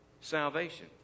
salvation